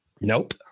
Nope